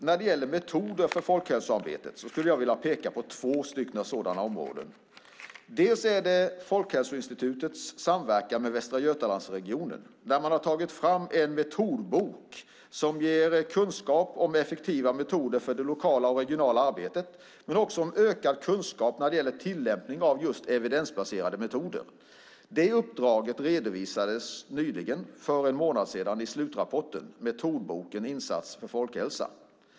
När det gäller metoder för folkhälsoarbetet skulle jag vilja peka på två sådana området. Det är först Folkhälsoinstitutets samverkan med Västra Götalandsregionen där man har tagit fram en metodbok som ger kunskap om effektiva metoder för det lokala och regionala arbetet. Men det handlar också om ökad kunskap när det gäller tillämpning av just evidensbaserade metoder. Det uppdraget redovisades nyligen, för en månad sedan, i en slutrapporten Metodboken, insats för folkhälsa.